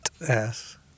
yes